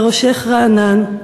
וראשך רענן.